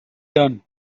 done